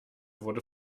wurde